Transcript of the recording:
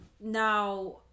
now